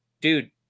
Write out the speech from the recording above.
dude